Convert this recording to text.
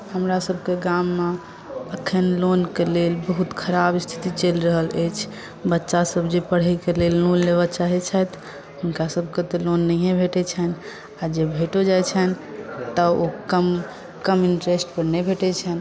हमरा सभके गाममे अखन लोनके लेल बहुत खराब स्थिति चलि रहल अछि बच्चासभ जे पढ़यके लेल लोन लेबय चाहैत छथि हुनकासभके तऽ लोन नहिए भेटैत छनि आओर जे भेटो जाइत छनि तऽ ओ कम इन्ट्रेस्टपर नहि भेटैत छनि